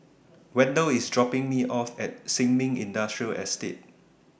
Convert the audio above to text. Wendel IS dropping Me off At Sin Ming Industrial Estate